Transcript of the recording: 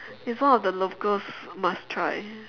it's one of the locals must try